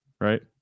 Right